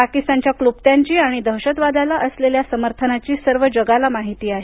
पाकिस्तानच्या क्लुप्त्यांची आणि दहशतवादाला असलेल्या त्यांच्या समर्थनाची सर्व जगाला माहिती आहे